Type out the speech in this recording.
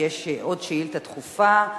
כי יש עוד שאילתא דחופה,